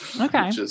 Okay